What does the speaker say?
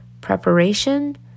preparation